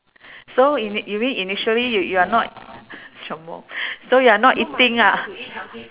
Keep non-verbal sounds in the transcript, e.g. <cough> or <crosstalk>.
so in~ you mean initially you you are not <laughs> 什么 so you are not eating ah